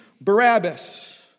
Barabbas